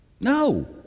No